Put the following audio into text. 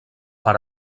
per